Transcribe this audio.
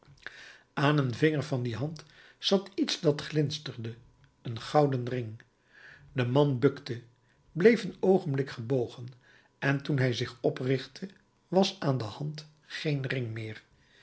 aan een vinger van die hand zat iets dat glinsterde een gouden ring de man bukte bleef een oogenblik gebogen en toen hij zich oprichtte was aan de hand geen ring meer